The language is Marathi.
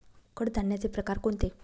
कडधान्याचे प्रकार कोणते?